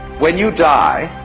when you die,